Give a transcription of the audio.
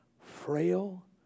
frail